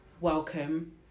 welcome